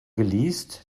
geleast